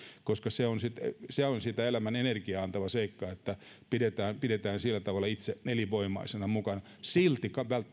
koska se on sitä elämän energiaa antava seikka että pidetään pidetään sillä tavalla itsensä elinvoimaisena mukana silti